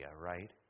right